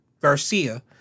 Garcia